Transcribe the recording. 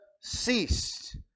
ceased